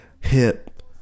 hip